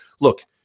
look